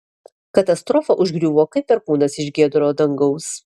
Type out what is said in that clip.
katastrofa užgriuvo kaip perkūnas iš giedro dangaus